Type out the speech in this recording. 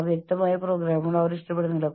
ഈ രീതിയെ ഓട്ടോസജഷൻ എന്ന് വിളിക്കുന്നു